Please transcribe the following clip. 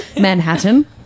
Manhattan